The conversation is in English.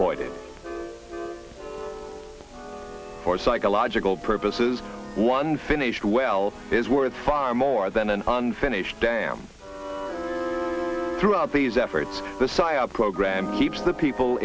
avoided for psychological purposes one finished well is worth far more than an unfinished dam throughout these efforts the cya program keeps the people